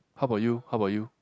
how about you how about you